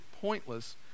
pointless